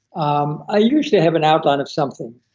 um i usually have an outline of something,